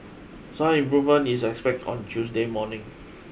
some improvement is expected on Tuesday morning